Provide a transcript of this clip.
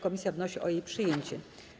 Komisja wnosi o jej przyjęcie.